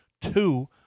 Two